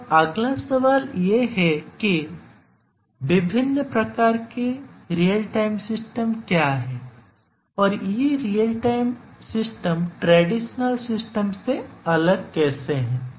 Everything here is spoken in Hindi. अब अगला सवाल यह है कि विभिन्न प्रकार के रियल टाइम सिस्टम क्या हैं और ये real time system traditional system से अलग कैसे हैं